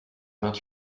vingt